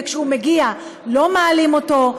וכשהוא מגיע לא מעלים אותו,